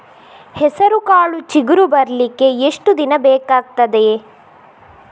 ಹೆಸರುಕಾಳು ಚಿಗುರು ಬರ್ಲಿಕ್ಕೆ ಎಷ್ಟು ದಿನ ಬೇಕಗ್ತಾದೆ?